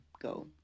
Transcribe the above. go